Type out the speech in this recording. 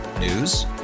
News